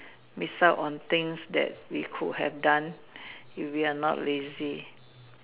miss out on things that we could have done if we are not lazy